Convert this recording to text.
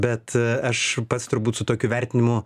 bet aš pats turbūt su tokiu vertinimu